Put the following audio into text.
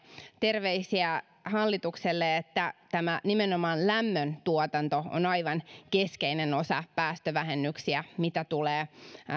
terveisiä hallitukselle että tämä nimenomaan lämmöntuotanto on aivan keskeinen osa päästövähennyksiä mitä tulee